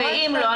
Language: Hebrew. ואם לא,